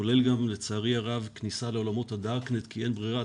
כולל גם לצערי הרב כניסה לעלמות ה-דארקנס כי אין ברירה,